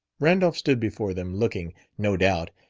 randolph stood before them, looking, no doubt,